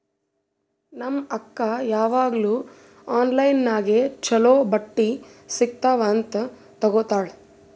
ನಮ್ ಅಕ್ಕಾ ಯಾವಾಗ್ನೂ ಆನ್ಲೈನ್ ನಾಗೆ ಛಲೋ ಬಟ್ಟಿ ಸಿಗ್ತಾವ್ ಅಂತ್ ತಗೋತ್ತಾಳ್